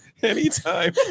Anytime